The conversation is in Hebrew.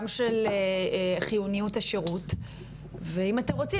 גם של חיוניות השירות ואם אתם רוצים,